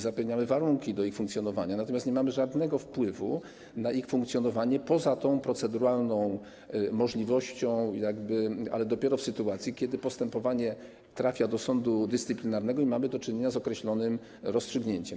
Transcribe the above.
Zapewniamy warunki ich funkcjonowania, natomiast nie mamy żadnego wpływu na ich funkcjonowanie poza tą proceduralną możliwością... ale dopiero w sytuacji, kiedy postępowanie trafia do sądu dyscyplinarnego i mamy do czynienia z określonym rozstrzygnięciem.